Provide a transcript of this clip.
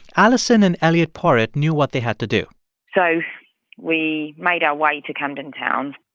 alison and eliot porritt knew what they had to do so we made our way to camden town